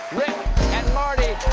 rick and marty